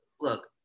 look